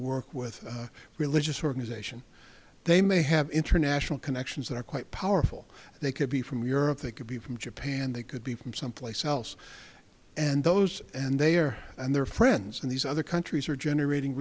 work with a religious organization they may have international connections that are quite powerful they could be from europe they could be from japan they could be from someplace else and those and they are and their friends in these other countries are generating